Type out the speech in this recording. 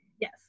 yes